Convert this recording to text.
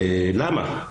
למה?